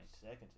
Second